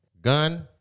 Gun